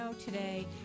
Today